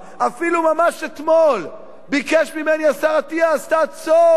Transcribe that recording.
אפילו ממש אתמול ביקש ממני השר אטיאס: תעצור,